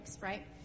right